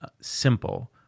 simple